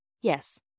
yes